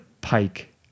pike